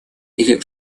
или